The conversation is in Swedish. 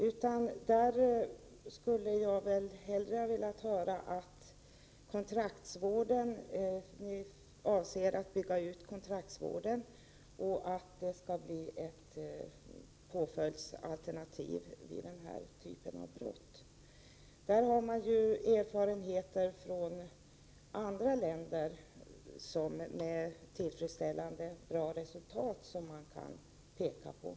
Jag skulle hellre ha velat höra att man avser att bygga ut kontraktsvården och att den skall bli ett påföljdsalternativ vid den här typen av brott. Här har man ju erfarenheter från andra länder, där tillfredsställande resultat har uppnåtts.